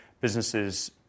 businesses